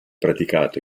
praticato